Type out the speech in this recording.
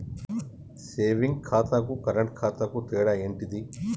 Saving ఖాతాకు current ఖాతాకు తేడా ఏంటిది?